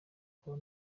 akaba